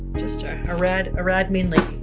just a rad, a rad mean lady.